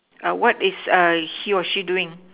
what is he or she doing